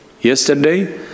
Yesterday